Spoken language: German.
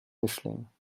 mischling